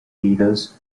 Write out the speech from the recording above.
leaders